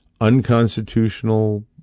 unconstitutional